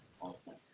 awesome